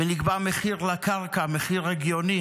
נקבע מחיר לקרקע, מחיר הגיוני.